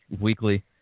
weekly